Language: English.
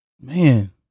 Man